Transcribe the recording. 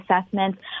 assessments